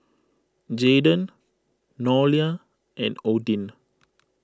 Jaydon Nolia and Odin